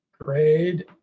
grade